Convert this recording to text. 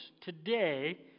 today